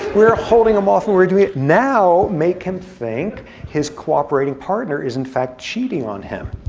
we're holding them off and we're doing it. now make him think his cooperating partner is, in fact, cheating on him.